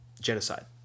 genocide